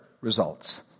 results